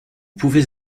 pouvez